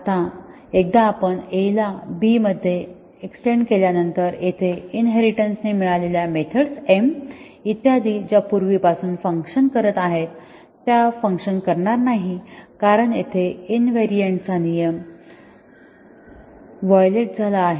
आता एकदा आपण A ला B मध्ये एक्सटेन्ड केल्या नंतर येथे इनहेरिटेन्स ने मिळालेल्या मेथड्स m इत्यादि ज्या पूर्वी पासून फंक्शन करत आहेत त्या फंक्शन करणार नाही कारण येथे invariant चा नियम व्हायोलेट झाला आहे